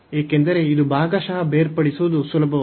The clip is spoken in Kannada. ಏಕೆಂದರೆ ಇದು ಭಾಗಶಃ ಬೇರ್ಪಡಿಸುವುದು ಸುಲಭವಲ್ಲ